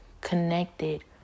connected